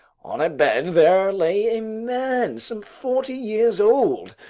on a bed there lay a man some forty years old,